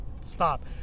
Stop